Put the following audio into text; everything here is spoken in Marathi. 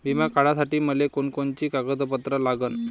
बिमा काढासाठी मले कोनची कोनची कागदपत्र लागन?